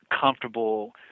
comfortable